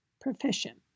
proficient